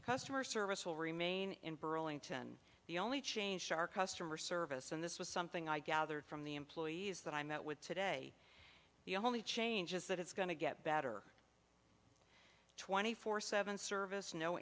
customer service will remain in burlington the only change to our customer service and this was something i gathered from the employees that i met with today the only change is that it's going to get better twenty four seventh's service no